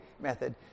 method